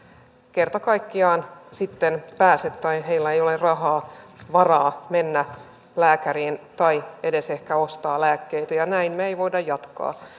kerta kaikkiaan sitten pääse tai heillä ei ole varaa mennä lääkäriin tai edes ehkä ostamaan lääkkeitä ja näin ei voida jatkaa